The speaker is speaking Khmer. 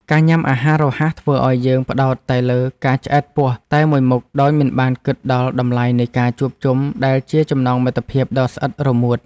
ការញ៉ាំអាហាររហ័សធ្វើឲ្យយើងផ្តោតតែលើការឆ្អែតពោះតែមួយមុខដោយមិនបានគិតដល់តម្លៃនៃការជួបជុំដែលជាចំណងមិត្តភាពដ៏ស្អិតរមួត។